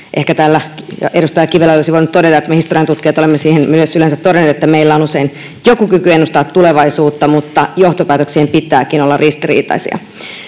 Ehkä täällä edustaja Kivelälle olisi voinut todeta, että me historian tutkijat olemme siihen myös yleensä todenneet, että meillä on usein joku kyky ennustaa tulevaisuutta, mutta johtopäätöksien pitääkin olla ristiriitaisia.